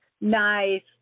Nice